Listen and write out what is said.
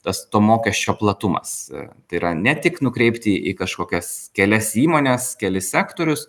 tas to mokesčio platumas a tai yra ne tik nukreipti į kažkokias kelias įmones kelis sektorius